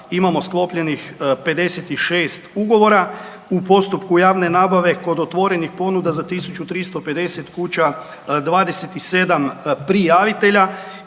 imamo sklopljenih 56 ugovora, u postupku javne nabave kod otvorenih ponuda za 1350 kuća, 27 prijavitelja